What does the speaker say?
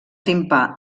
timpà